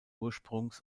ursprungs